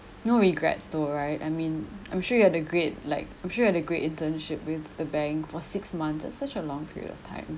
no regrets though right I mean I'm sure you had a great like I'm sure you had a great internship with the bank for six months that's such a long period of time